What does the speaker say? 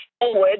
forward